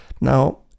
Now